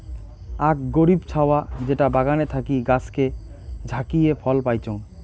আক গরীব ছাওয়া যেটা বাগানে থাকি গাছকে ঝাকিয়ে ফল পাইচুঙ